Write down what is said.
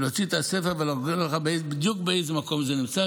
להוציא את הספר ולהסביר לך בדיוק באיזה מקום זה נמצא.